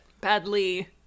Badly